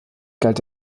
galt